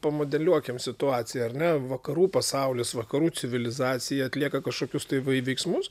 pamodeliuokim situaciją ar ne vakarų pasaulis vakarų civilizacija atlieka kažkokius tai veiksmus